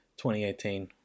2018